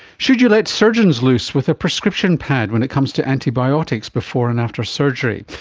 should you let surgeons loose with a prescription pad when it comes to antibiotics before and after surgery?